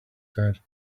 said